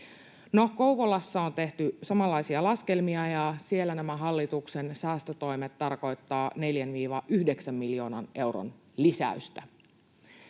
Kouvolassa on tehty samanlaisia laskelmia, ja siellä nämä hallituksen säästötoimet tarkoittavat 4—9 miljoonan euron lisäystä.